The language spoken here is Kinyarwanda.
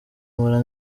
mpora